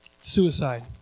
Suicide